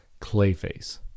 Clayface